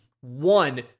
one